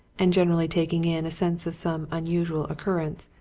and generally taking in a sense of some unusual occurrence,